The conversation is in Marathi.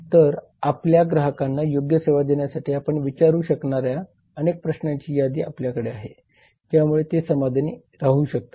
तर आपल्या ग्राहकांना योग्य सेवा देण्यासाठी आपण विचारू शकणाऱ्या अनेक प्रश्नांची यादी आपल्याकडे आहे ज्यामुळे ते समाधानी राहू शकतात